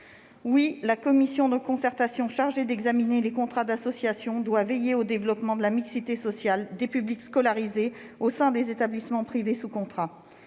Oui, la commission de concertation chargée d'examiner les contrats d'association doit veiller au développement de la mixité sociale des publics scolarisés au sein des établissements privés sous contrat.